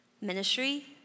ministry